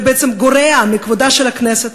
בעצם גורע מכבודה של הכנסת,